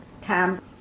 times